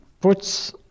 puts